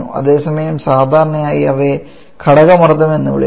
അതേസമയം സാധാരണയായി അവയെ ഘടക മർദ്ദം എന്ന് വിളിക്കണം